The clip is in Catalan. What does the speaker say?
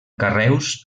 carreus